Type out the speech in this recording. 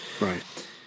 Right